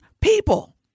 people